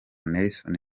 nelson